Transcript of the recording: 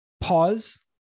pause